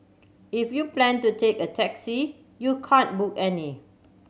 if you plan to take a taxi you can't book any